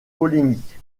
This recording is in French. polémiques